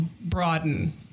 broaden